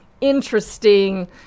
interesting